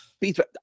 Peter